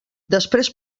després